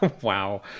Wow